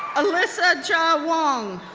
elisa jia wang,